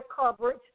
coverage